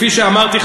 כפי שאמרתי,